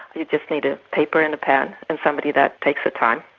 you just need a paper and a pen and somebody that takes the time.